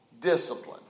discipline